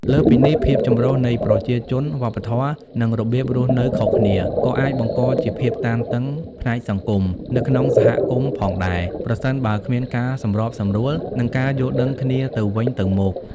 លើសពីនេះ ភាពចម្រុះនៃប្រជាជន វប្បធម៌ និងរបៀបរស់នៅខុសគ្នា ក៏អាចបង្កជា ភាពតានតឹងផ្នែកសង្គម នៅក្នុងសហគមន៍ផងដែរ ប្រសិនបើគ្មានការសម្របសម្រួល និងការយល់ដឹងគ្នាទៅវិញទៅមក។